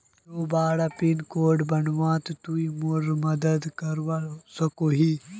दोबारा pin code बनवात तुई मोर मदद करवा सकोहिस?